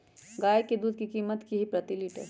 गाय के दूध के कीमत की हई प्रति लिटर?